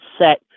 set